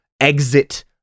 exit